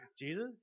Jesus